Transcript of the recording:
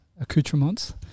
accoutrements